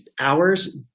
hours